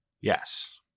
Yes